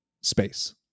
space